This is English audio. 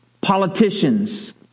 politicians